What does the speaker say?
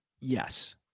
Yes